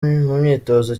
myitozo